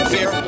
Fear